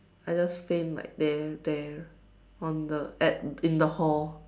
I just faint like there there on the at in the hall